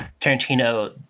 Tarantino